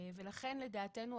זה נכון מאוד.